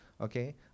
Okay